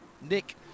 Nick